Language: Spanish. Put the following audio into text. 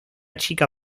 chica